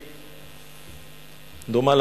אדוני,